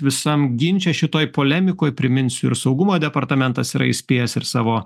visam ginče šitoj polemikoj priminsiu ir saugumo departamentas yra įspėjęs ir savo